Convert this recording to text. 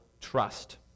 trust